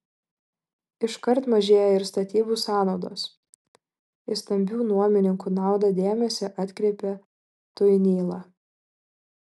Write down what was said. iškart mažėja ir statybų sąnaudos į stambių nuomininkų naudą dėmesį atkreipia tuinyla